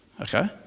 okay